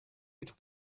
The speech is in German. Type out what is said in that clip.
mit